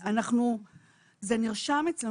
זה נרשם אצלנו.